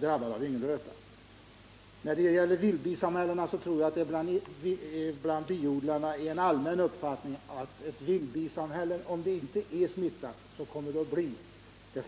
drabbade av yngelröta. Jag tror att det bland biodlarna är en allmän uppfattning att ett vildbisamhälle, om det inte är smittat, kommer att bli det.